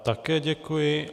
Také děkuji.